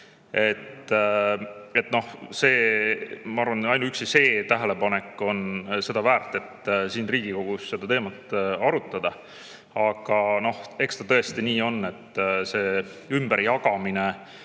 valesti. Ma arvan, et ainuüksi see tähelepanek on seda väärt, et siin Riigikogus seda teemat arutada. Aga eks ta tõesti nii on, et see ümberjagamine